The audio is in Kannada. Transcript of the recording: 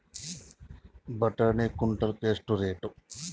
ಬಟಾಣಿ ಕುಂಟಲ ಎಷ್ಟು ರೇಟ್?